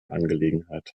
angelegenheit